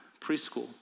preschool